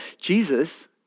Jesus